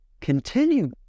continue